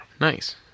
Nice